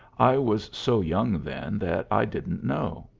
i was so young then that i didn't know.